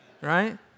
Right